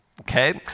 okay